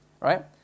Right